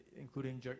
including